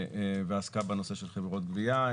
ועסקה בנושא של חברות גבייה.